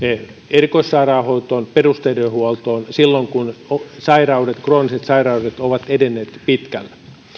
erikoissairaanhoitoon perusterveydenhuoltoon silloin kun krooniset sairaudet ovat edenneet pitkälle